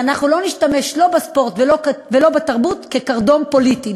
ואנחנו לא נשתמש לא בספורט ולא בתרבות כקרדום פוליטי,